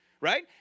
right